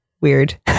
weird